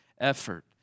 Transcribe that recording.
effort